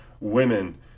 women